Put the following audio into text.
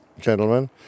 gentlemen